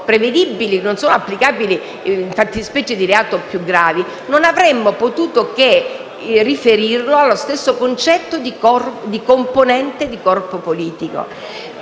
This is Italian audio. e quando non sono applicabili fattispecie di reato più gravi, non avremmo potuto che riferirlo allo stesso concetto di componente di corpo politico.